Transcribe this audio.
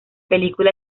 película